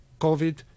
COVID